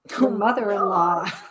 mother-in-law